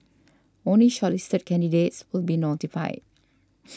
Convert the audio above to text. only shortlisted candidates will be notified